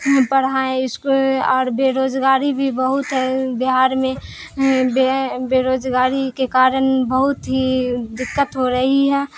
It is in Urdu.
پڑھائے اسکول اور بےروزگاری بھی بہت ہے بہار میں بےروزگاری کے کارن بہت ہی دقت ہو رہی ہے